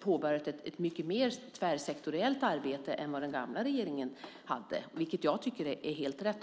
påbörjat ett mycket mer tvärsektoriellt arbete än vad den gamla regeringen gjorde. Det tycker jag är helt rätt.